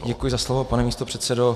Děkuji za slovo, pane místopředsedo.